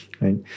right